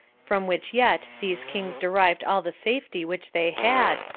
from which yet these kings derived all the safety which they had,